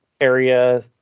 area